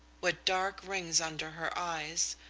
with dark rings under her eyes,